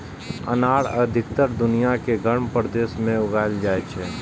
अनार अधिकतर दुनिया के गर्म प्रदेश मे उगाएल जाइ छै